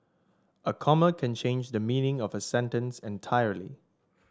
a comma can change the meaning of a sentence entirely